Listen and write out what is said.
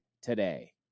today